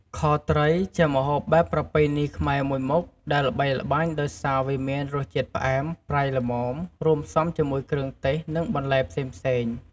ខត្រី គឺជាម្ហូបបែបប្រពៃណីខ្មែរមួយមុខដែលល្បីល្បាញដោយសារ វាមានរសជាតិផ្អែម ប្រៃល្មម រួមផ្សំជាមួយគ្រឿងទេស និងបន្លែផ្សេងៗ។